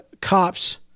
cops